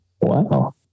wow